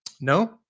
No